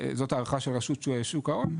זאת ההערכה של רשות שוק ההון,